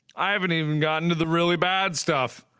i haven't even gotten to the really bad stuff.